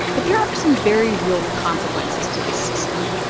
but there are some very real consequences to this system.